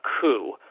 coup